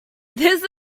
this